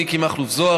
מיקי מכלוף זוהר,